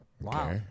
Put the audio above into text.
Wow